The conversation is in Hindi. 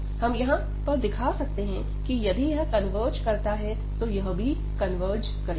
हम यहां पर दिखा सकते हैं कि यदि यह कन्वर्ज करता है तो यह भी कन्वर्ज करेगा